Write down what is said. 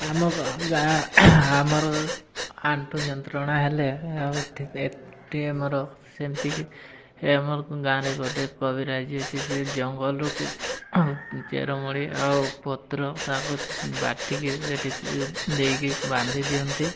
ଆମ ଗାଁ ଆମର ଆଣ୍ଠୁ ଯନ୍ତ୍ରଣା ହେଲେ ଆଉ ଏଇଠି ଆମର ସେମିତି ଆମର ଗାଁରେ ଗୋଟେ କବିରାଜ ଅଛି ସେ ଜଙ୍ଗଲରୁ ଚେରମୁଳି ଆଉ ପତ୍ର ତାକୁ ବାଟିକି ସେଇଠି ଦେଇକି ବାନ୍ଧି ଦିଅନ୍ତି